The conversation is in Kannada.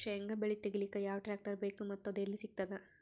ಶೇಂಗಾ ಬೆಳೆ ತೆಗಿಲಿಕ್ ಯಾವ ಟ್ಟ್ರ್ಯಾಕ್ಟರ್ ಬೇಕು ಮತ್ತ ಅದು ಎಲ್ಲಿ ಸಿಗತದ?